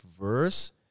verse